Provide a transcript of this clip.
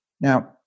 Now